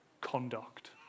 conduct